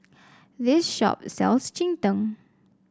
this shop sells Cheng Tng